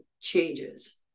changes